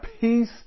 peace